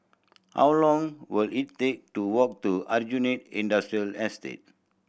how long will it take to walk to Aljunied Industrial Estate